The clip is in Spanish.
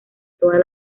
todas